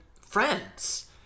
friends